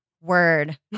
Word